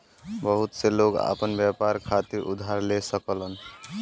बहुत से लोग आपन व्यापार खातिर उधार ले सकलन